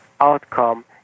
outcome